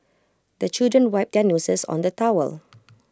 the children wipe their noses on the towel